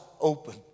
open